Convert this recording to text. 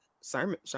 Sermon